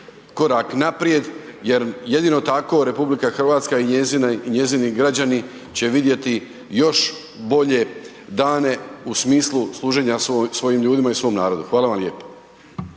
korak naprijed jer jedino tako RH i njezini građani će vidjeti još bolje dane u smislu služenja svojim ljudima i svom narodu. Hvala vam lijepo.